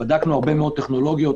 בדקנו הרבה מאוד טכנולוגיות,